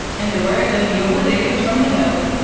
in the words of viola davis from the help,